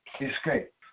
escape